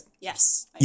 Yes